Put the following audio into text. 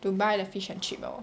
to buy the fish and chip lor